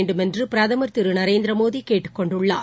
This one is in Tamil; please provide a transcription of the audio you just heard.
வேண்டுமென்று பிரதமர் திரு நரேந்திமோடி கேட்டுக் கொண்டுள்ளார்